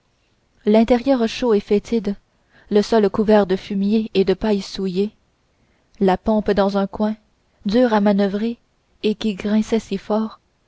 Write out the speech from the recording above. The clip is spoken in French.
l'intérieur chaud et fétide le sol couvert de fumier et de paille souillée la pompe dans un coin dure à manoeuvrer et qui grinçait si fort